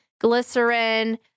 glycerin